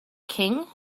king